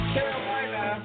Carolina